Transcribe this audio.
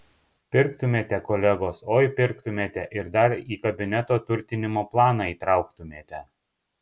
pirktumėte kolegos oi pirktumėte ir dar į kabineto turtinimo planą įtrauktumėte